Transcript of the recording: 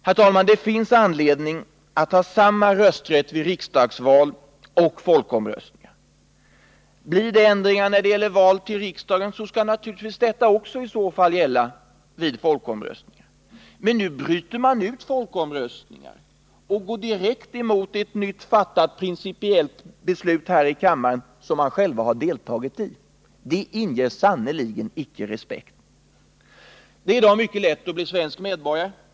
Herr talman! Det finns anledning att ha samma rösträtt vid riksdagsval och folkomröstningar. Blir det ändring när det gäller val till riksdagen skall naturligtvis ändringen gälla också folkomröstningar. Men nu bryter man ut folkomröstningar och går direkt emot ett nyligen fattat principiellt beslut som man själv har deltagit i. Det inger sannerligen icke respekt. Det är i dag mycket lätt att bli svensk medborgare.